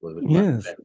Yes